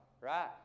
right